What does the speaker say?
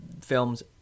films